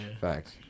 Facts